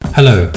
Hello